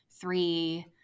three